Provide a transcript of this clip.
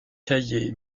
caillé